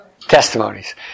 Testimonies